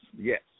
yes